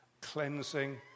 cleansing